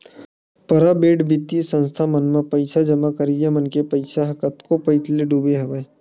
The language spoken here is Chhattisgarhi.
पराबेट बित्तीय संस्था मन म पइसा जमा करइया मन के पइसा ह कतको पइत ले डूबे हवय